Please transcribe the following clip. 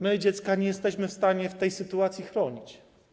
My dziecka nie jesteśmy w stanie w tej sytuacji chronić.